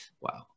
wow